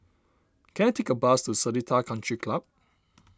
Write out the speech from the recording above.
can I take a bus to Seletar Country Club